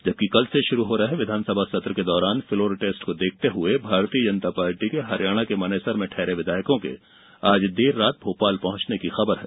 जबकि कल से शुरू हो रहे विधानसभा सत्र के दौरान फ्लोर टेस्ट को देखते हुए भारतीय जनता पार्टी के हरियाणा के मनेसर में ठहरे विधायकों के आज देर रात भोपाल पहंचने की खबर है